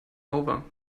over